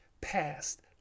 past